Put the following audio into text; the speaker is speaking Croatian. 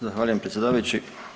Zahvaljujem predsjedavajući.